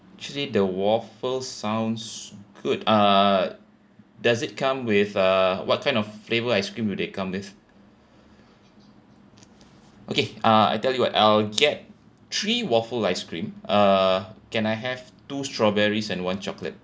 actually the waffles sounds good uh does it come with uh what kind of flavour ice cream do they come with okay uh I tell you what I'll get three waffle ice cream uh can I have two strawberries and one chocolate